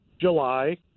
July